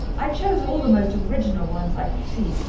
i chose all the most original ones i could see.